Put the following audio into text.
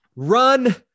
Run